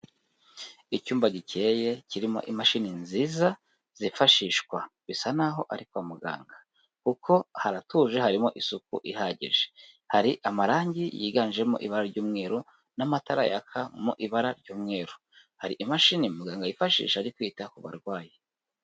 Icyumba gikeye kirimo imashini nziza zifashishwa, bisa n'aho ari kwa muganga kuko haratuje harimo isuku ihagije, hari amarangi yiganjemo ibara ry'umweru n'amatara yakamo ibara ry'umweru. Hari imashini muganga yifashisha ari kwita ku barwayi.